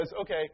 Okay